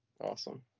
Awesome